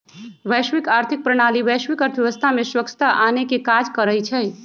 वैश्विक आर्थिक प्रणाली वैश्विक अर्थव्यवस्था में स्वछता आनेके काज करइ छइ